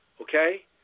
okay